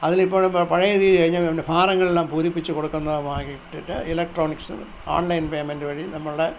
അതിലിപ്പോഴും പഴയ രീതി കഴിഞ്ഞാൽ ഫാറങ്ങൾ എല്ലാം പൂരിപ്പിച്ച് കൊടുക്കുന്ന ഇലക്ട്രോണിക്സ് ഓൺലൈൻ പേയ്മെൻ്റ് വഴി നമ്മളുടെ